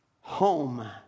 home